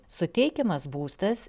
suteikiamas būstas